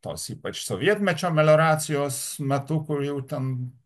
tos ypač sovietmečio melioracijos metu kur jau ten